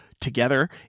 together